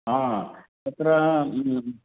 आं तत्र